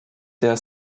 der